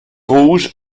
rouge